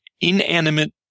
inanimate